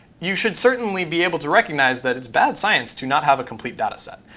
you should certainly be able to recognize that it's bad science to not have a complete data set.